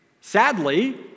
Sadly